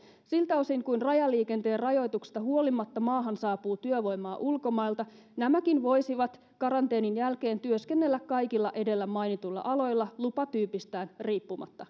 siltä osin kuin rajaliikenteen rajoituksista huolimatta maahan saapuu työvoimaa ulkomailta nämäkin voisivat karanteenin jälkeen työskennellä kaikilla edellä mainituilla aloilla lupatyypistään riippumatta